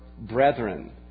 brethren